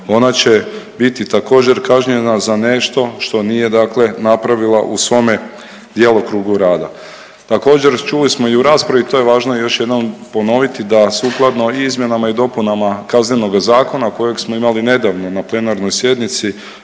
ona će biti također kažnjena za nešto što nije dakle napravila u svome djelokrugu rada. Također čuli smo i u raspravi, to je važno još jednom ponoviti da sukladno i izmjenama i dopunama KZ kojeg smo imali nedavno na plenarnoj sjednici